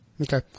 Okay